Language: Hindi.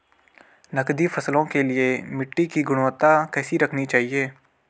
नकदी फसलों के लिए मिट्टी की गुणवत्ता कैसी रखनी चाहिए?